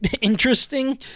interesting